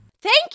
Thank